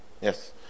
Yes